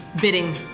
bidding